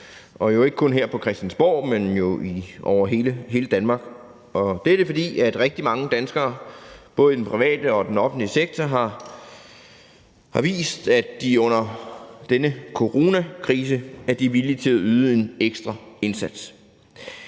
gange, ikke kun her på Christiansborg, men jo over hele Danmark. Det er, fordi rigtig mange danskere både i den private og i den offentlige sektor har vist, at de under denne coronakrise er villige til at yde en ekstra indsats.